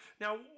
Now